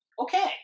okay